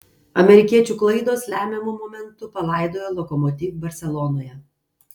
amerikiečių klaidos lemiamu momentu palaidojo lokomotiv barselonoje